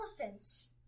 Elephants